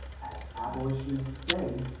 as abolitionist say,